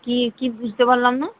কি কি বুঝতে পারলাম না